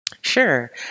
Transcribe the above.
Sure